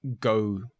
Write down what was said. go